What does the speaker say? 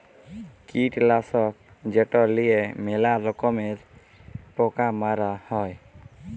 কীটলাসক যেট লিঁয়ে ম্যালা রকমের পকা মারা হ্যয়